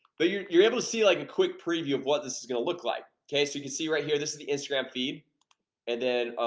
but you're you're able to see like a quick preview of what this is gonna look like okay? so you can see right here, this is the instagram feed and then?